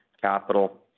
capital